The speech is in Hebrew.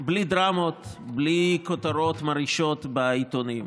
בלי דרמות, בלי כותרות מרעישות בעיתונים,